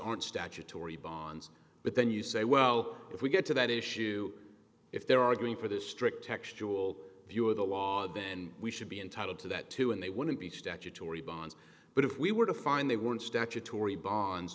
aren't statutory bonds but then you say well if we get to that issue if they're arguing for this strict textual view of the law then we should be entitled to that too and they wouldn't be statutory bonds but if we were to find they want statutory bonds